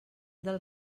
del